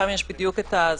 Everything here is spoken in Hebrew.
שם יש בדיוק את האסדרה,